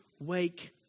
wake